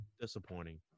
disappointing